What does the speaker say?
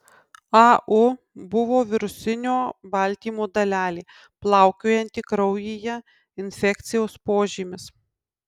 au buvo virusinio baltymo dalelė plaukiojanti kraujyje infekcijos požymis